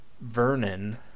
Vernon